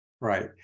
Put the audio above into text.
right